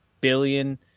billion